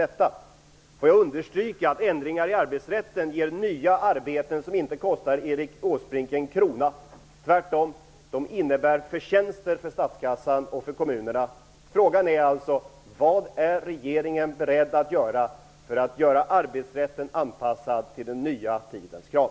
Jag vill understryka att ändringar i arbetsrätten ger nya arbeten som inte kostar Erik Åsbrink en enda krona. Tvärtom innebär de förtjänster för både statskassan och kommunerna. Frågan är alltså: Vad är regeringen beredd att göra för att anpassa arbetsrätten till den nya tidens krav?